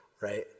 right